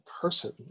person